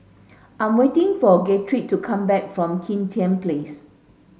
I'm waiting for Guthrie to come back from Kim Tian Place